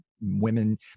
women